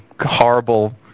horrible